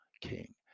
King